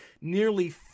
Nearly